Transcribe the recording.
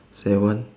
seven